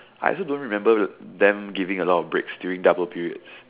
I also don't remember them giving a lot of breaks during double periods